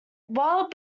while